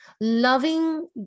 loving